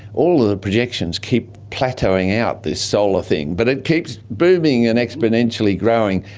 all of the projections keep plateauing out, this solar thing, but it keeps booming and exponentially growing,